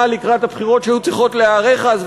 לקראת הבחירות שהיו צריכות להיערך אז,